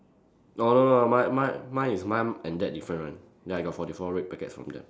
no no no mine mine mine is mum and dad different one ya I got forty four red packets from them